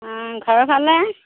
অঁ ঘৰৰ ফালে